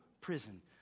prison